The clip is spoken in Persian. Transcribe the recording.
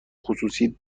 خصوصی